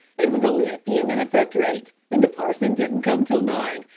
it was only a few minutes after eight, and the parson didn't come till nine.